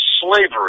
slavery